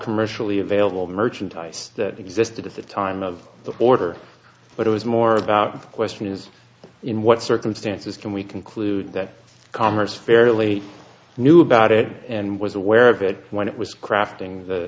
commercially available merchandise that existed at the time of the border but it was more about the question is in what circumstances can we conclude that commerce fairly knew about it and was aware of it when it was crafting the